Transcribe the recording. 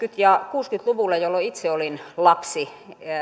ja kuusikymmentä luvulla jolloin itse olin lapsi